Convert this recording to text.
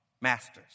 masters